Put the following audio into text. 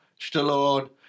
Stallone